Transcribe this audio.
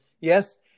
yes